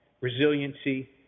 resiliency